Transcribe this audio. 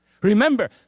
Remember